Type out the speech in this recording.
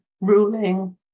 ruling